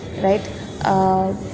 right